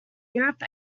europe